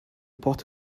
pot